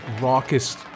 raucous